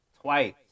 Twice